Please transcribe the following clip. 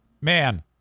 Man